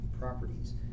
properties